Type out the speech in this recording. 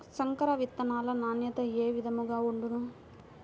సంకర విత్తనాల నాణ్యత ఏ విధముగా ఉండును?